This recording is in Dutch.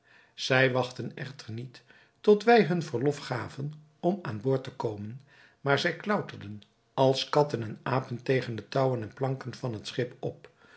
zij wachtten echter niet tot wij hun verlof gaven om aan boord te komen maar zij klauterden als katten en apen tegen de touwen en planken van het schip op